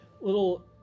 little